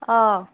অ